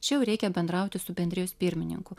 čia jau reikia bendrauti su bendrijos pirmininku